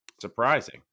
Surprising